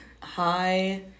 Hi